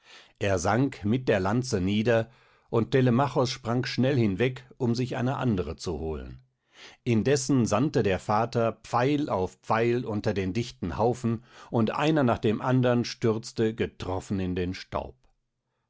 er sank mit der lanze nieder und telemachos sprang schnell hinweg um sich eine andere zu holen indessen sandte der vater pfeil auf pfeil unter den dichten haufen und einer nach dem andern stürzte getroffen in den staub